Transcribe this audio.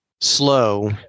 slow